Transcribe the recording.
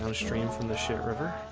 um stream from the shit river